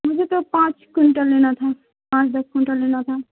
مجھے تو پانچ کئنٹل لینا تھا پانچ دس کئنٹل لینا تھا